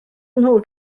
nhw